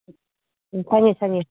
ꯎꯝ ꯁꯪꯉꯦ ꯁꯪꯉꯦ